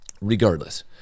Regardless